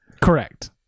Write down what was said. Correct